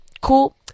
cool